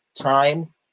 time